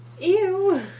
Ew